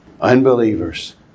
Unbelievers